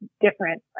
different